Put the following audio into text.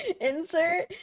Insert